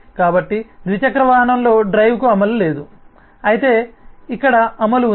కాబట్టి ద్విచక్ర వాహనంలో డ్రైవ్కు అమలు లేదు అయితే ఇక్కడ అమలు ఉంది